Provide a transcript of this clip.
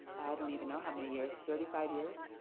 don't even know how many years, thirty five years,